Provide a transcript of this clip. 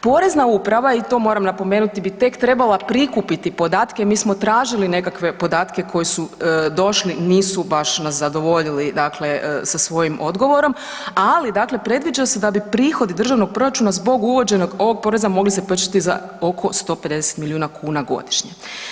Porezna uprava i to moramo napomenuti bi tek trebala prikupiti podatke, mi smo tražili nekakve podatke koji su došli, nisu baš nas zadovoljili dakle sa svojim odgovorom, ali dakle predviđa se da bi prihod državnog proračuna zbog uvođenog ovog poreza mogli se povećati za oko 150 milijuna kn godišnje.